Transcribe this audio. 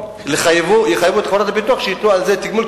שיחייבו את חברת הביטוח שייתנו על זה תגמול,